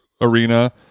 arena